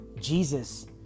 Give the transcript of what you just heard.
Jesus